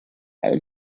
all